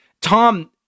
Tom